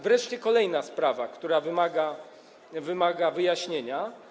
Wreszcie kolejna sprawa, która wymaga wyjaśnienia.